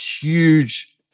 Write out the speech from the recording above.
huge